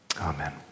Amen